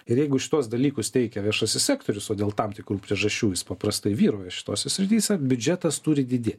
ir jeigu šituos dalykus teikia viešasis sektorius o dėl tam tikrų priežasčių jis paprastai vyrauja šitose srityse biudžetas turi didėt